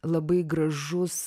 labai gražus